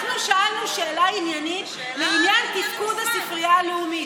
אנחנו שאלנו שאלה עניינית לעניין תפקוד הספרייה הלאומית.